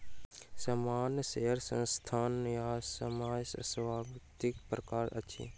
सामान्य शेयर संस्थानक न्यायसम्य स्वामित्वक प्रकार अछि